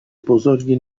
بزرگی